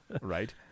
Right